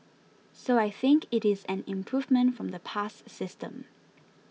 so I think it is an improvement from the past system